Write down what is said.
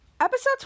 episode